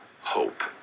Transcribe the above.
hope